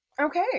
Okay